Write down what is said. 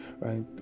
right